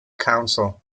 council